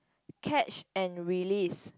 catch and release